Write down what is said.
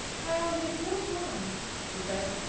child, you've done a lot, she said.